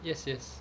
yes yes